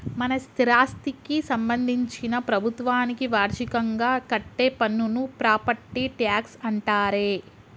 మన స్థిరాస్థికి సంబందించిన ప్రభుత్వానికి వార్షికంగా కట్టే పన్నును ప్రాపట్టి ట్యాక్స్ అంటారే